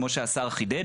כמו שהשר חידד,